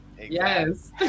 Yes